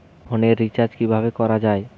ফোনের রিচার্জ কিভাবে করা যায়?